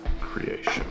creation